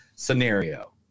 Scenario